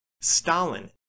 Stalin